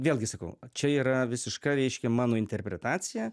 vėlgi sakau čia yra visiška reiškia mano interpretacija